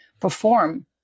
perform